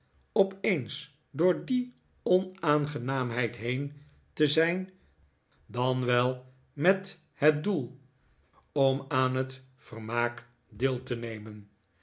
opeens door die onaangenaamheid heen te zijn dan wel met het doel om aan het vermaak deel te nemen